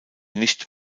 nicht